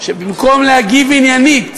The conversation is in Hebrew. ובמקום להגיב עניינית